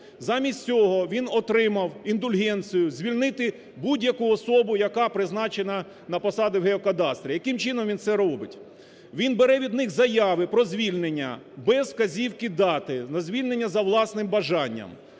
Замість цього він отримав індульгенцію звільнити будь-яку особу, яка призначена на посади в геокадастрі. Яким чином він це робить: він бере від них заяви про звільнення без вказівки дати, на звільнення за власним бажанням;